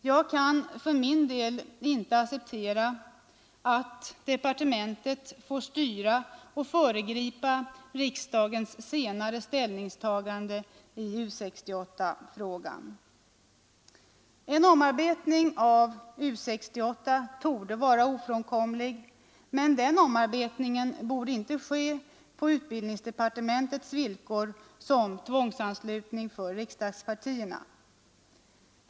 Jag kan för min del inte acceptera att departementet får styra och föregripa riksdagens senare ställningstagande i U 68-frågan. En omarbetning av U 68 torde vara ofrånkomlig, men den omarbetningen borde inte ske på utbildningsdepartementets villkor, med tvångsanslutning för riksdagspartierna.